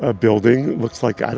ah building. looks like, i